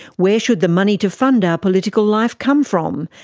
where should the money to fund our political life come from?